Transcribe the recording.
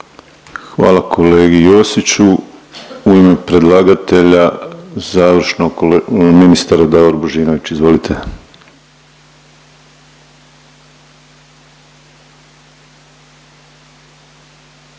Hvala kolegi Josiću. U ime predlagatelja ko… ministar Davor Božinović. Izvolite.